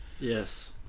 Yes